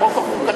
החוק החוקתי,